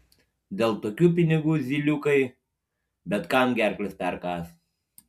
dėl tokių pinigų zyliukai bet kam gerkles perkąs